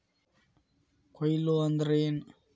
ಕೊಯ್ಲು ಅಂದ್ರ ಏನ್?